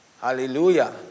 Hallelujah